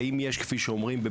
האם יש כפי שאומרים,